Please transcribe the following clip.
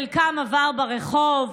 חלקם עבר ברחוב,